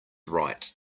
right